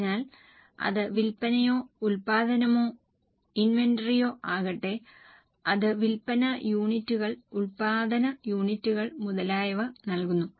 അതിനാൽ അത് വിൽപ്പനയോ ഉൽപ്പാദനമോ ഇൻവെന്ററിയോ ആകട്ടെ അത് വിൽപ്പന യൂണിറ്റുകൾ ഉൽപ്പാദന യൂണിറ്റുകൾ മുതലായവ നൽകുന്നു